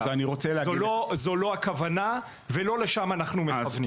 זו לא הכוונה ולא לשם אנחנו מכוונים.